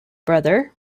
brother